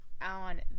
on